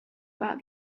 about